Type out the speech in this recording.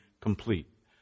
complete